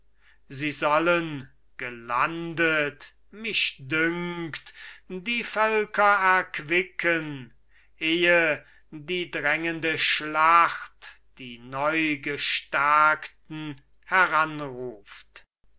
sie sollen gelandet mich dünkt die völker erquicken ehe die drängende schlacht die